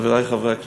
חברי חברי הכנסת,